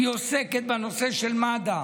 היא עוסקת בנושא של מד"א,